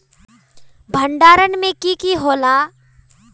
भण्डारण में की की होला?